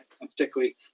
particularly